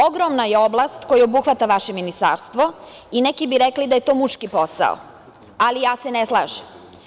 Ogromna je oblast koja obuhvata vaše ministarstvo i neki bi rekli da je to muški posao, ali ja se ne slažem.